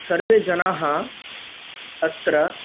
सर्वे जनाः अत्र